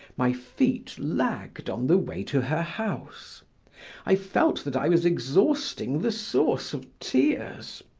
my feet lagged on the way to her house i felt that i was exhausting the source of tears,